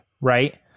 right